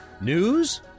News